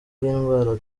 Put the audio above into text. bw’indwara